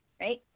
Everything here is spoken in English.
right